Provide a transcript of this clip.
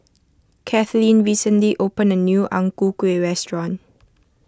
Kathlene recently opened a new Ang Ku Kueh restaurant